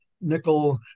nickel